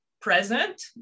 present